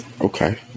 Okay